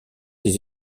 des